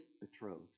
betrothed